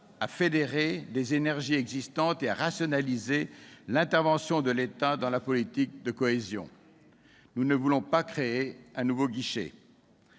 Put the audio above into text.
et fédérer les énergies et à rationaliser l'intervention de l'État dans la politique de cohésion. Nous ne voulons pas créer un nouveau guichet